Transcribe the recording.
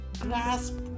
grasp